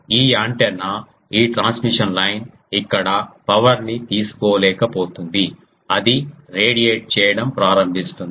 ఈ యాంటెన్నా ఈ transmission line ఇక్కడ పవర్ ని తీసుకోలేకపోతుంది అది రేడియేట్ చేయడం ప్రారంభిస్తుంది